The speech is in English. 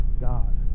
God